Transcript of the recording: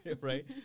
right